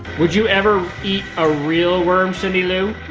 would you ever eat a real worm, cindy lou?